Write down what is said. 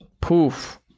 poof